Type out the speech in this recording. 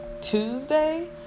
Tuesday